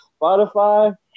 Spotify